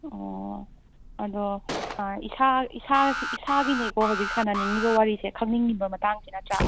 ꯑꯣ ꯑꯗꯣ ꯏꯁꯥꯒꯤꯅꯦꯀꯣ ꯍꯧꯖꯤꯛ ꯁꯥꯟꯅꯅꯤꯡꯂꯤꯕ ꯋꯥꯔꯤꯁꯦ ꯈꯪꯅꯤꯡꯂꯤꯕ ꯃꯇꯥꯡꯁꯦ ꯅꯠꯇ꯭ꯔꯥ